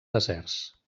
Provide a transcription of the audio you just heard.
deserts